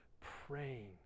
praying